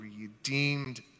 redeemed